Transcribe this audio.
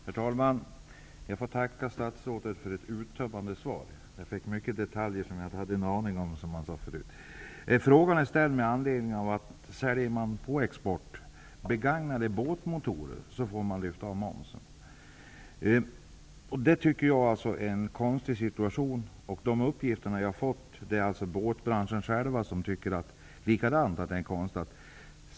Herr talman! Jag får tacka statsrådet för ett uttömmande svar. Det innehöll många detaljer som jag inte hade en aning om. Frågan är ställd med anledning av att man får lyfta av momsen om man säljer begagnade båtmotorer på export. Jag tycker att det är en konstig situation, och inom båtbranschen tycker man samma sak.